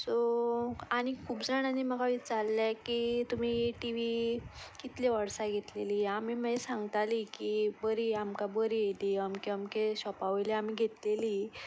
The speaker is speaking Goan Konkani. सो आनीक खूब जाणांनी म्हाका विचारलें की तुमी ही टी वी कितली वर्सा घेतलेली आमी मागीर सांगतालीं की बरी आमकां बरी येली अमके अमके शॉपा वयली आमी घेतलेली